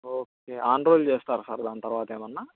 okay enroll చేస్తారా sir దాని తర్వాత ఏమైనా